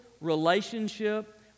relationship